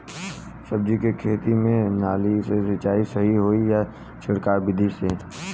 सब्जी के खेती में नाली से सिचाई सही होई या छिड़काव बिधि से?